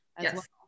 Yes